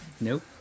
nope